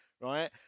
right